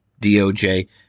DOJ